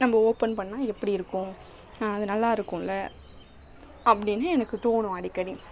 நம்ப ஓப்பன் பண்ணிணா எப்படி இருக்கும் அது நல்லா இருக்கும்ல அப்படின்னு எனக்கு தோணும் அடிக்கடி